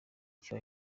icyo